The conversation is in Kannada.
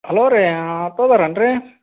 ಹಲೋ ರೀ ಆಟೋದವ್ರ್ ಏನ್ರೀ